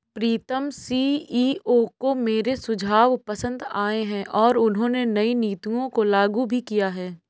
प्रीतम CEO को मेरे सुझाव पसंद आए हैं और उन्होंने नई नीतियों को लागू भी किया हैं